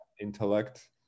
intellect